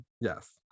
Yes